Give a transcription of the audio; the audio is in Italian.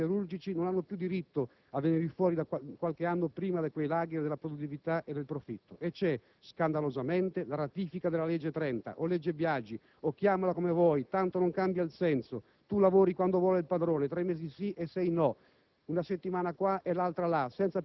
sino al punto che i poveri cristi che lavorano, si bruciano e muoiono negli inferni chimici e siderurgici non hanno più diritto a venir fuori qualche anno prima da quei *lager* della produttività e del profitto. C'è, scandalosamente, la ratifica della legge n. 30 del 2003, o legge Biagi, o chiamala come vuoi, tanto non cambia il senso: